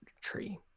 tree